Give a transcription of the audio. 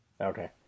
Okay